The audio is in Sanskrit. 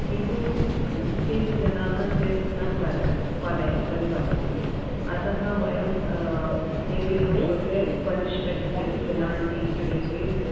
किन्तु केचित् जनः तेतनः परिपालयन्ति अतः वयं तेभ्यः कृते पनिष्मेन्ट इति पेनाल्टि इति